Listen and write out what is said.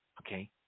Okay